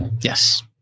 yes